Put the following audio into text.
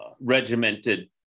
regimented